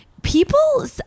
People